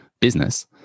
business